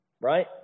Right